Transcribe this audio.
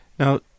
Now